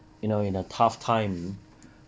you know in a tough time